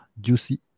Juicy